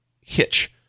hitch